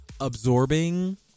absorbing